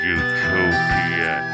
utopia